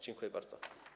Dziękuję bardzo.